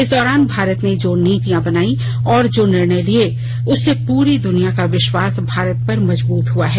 इस दौरान भारत ने जो नीतियां बनाई और जो निर्णय लिए उससे पूरी दुनिया का विश्वास भारत पर मजबूत हुआ है